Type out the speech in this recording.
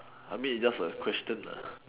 I mean it just a question lah